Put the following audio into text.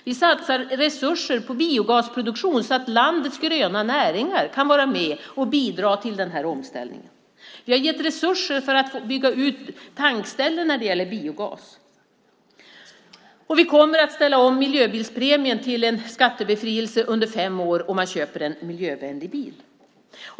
Vi satsar resurser på biogasproduktion så att landets gröna näringar kan vara med och bidra till den här omställningen. Vi har gett resurser för att bygga ut tankställen för biogas. Vi kommer att ställa om miljöbilspremien till en skattebefrielse under fem år om man köper en miljövänlig bil.